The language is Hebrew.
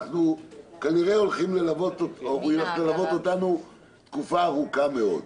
כנראה היא הולכת ללוות אותנו תקופה ארוכה מאוד.